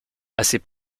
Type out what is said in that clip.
assez